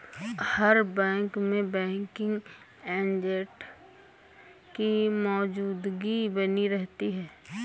हर bank में banking agent की मौजूदगी बनी रहती है